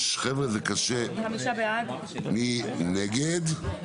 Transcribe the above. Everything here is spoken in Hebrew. מי נגד?